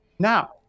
Now